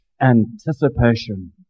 anticipation